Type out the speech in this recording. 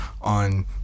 on